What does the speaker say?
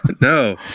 no